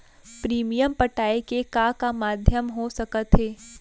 Premium पटाय के का का माधयम हो सकत हे?